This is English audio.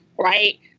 right